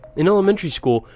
in elementary school,